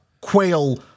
Quail